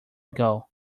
ago